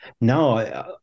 No